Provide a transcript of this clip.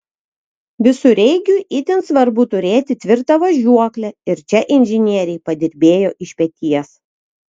visureigiui itin svarbu turėti tvirtą važiuoklę ir čia inžinieriai padirbėjo iš peties